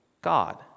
God